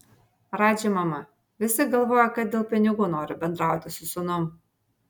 radži mama visi galvoja kad dėl pinigų noriu bendrauti su sūnum